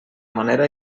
manera